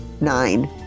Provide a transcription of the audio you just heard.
nine